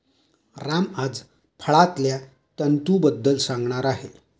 राम आज फळांतल्या तंतूंबद्दल सांगणार आहे